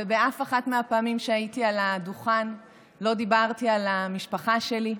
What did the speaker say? ובאף אחת מהפעמים שהייתי על הדוכן לא דיברתי על המשפחה שלי,